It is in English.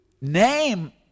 name